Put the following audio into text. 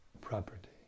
property